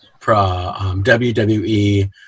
WWE